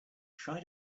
try